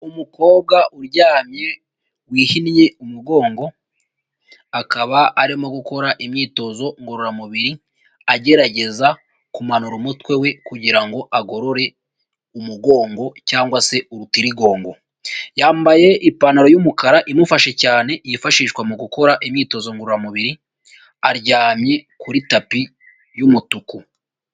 Umukobwa uryamye wihinnye umugongo, akaba arimo gukora imyitozo ngororamubiri agerageza kumanura umutwe we kugira ngo agorore umugongo cyangwa se urutirigongo. Yambaye ipantaro y'umukara imufashe cyane yifashishwa mu gukora imyitozo ngororamubiri aryamye kuri tapi y'umutuku.